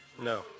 No